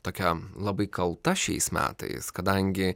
tokia labai kalta šiais metais kadangi